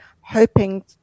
hoping